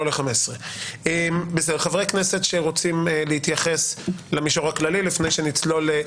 ל 15. בסדר חברי כנסת שרוצים להתייחס למישור הכללי לפני שנצלול,